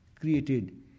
created